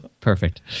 perfect